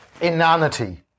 Inanity